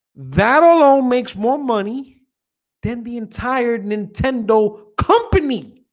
that alone makes more money than the entire nintendo company